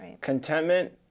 contentment